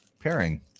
pairing